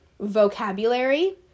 vocabulary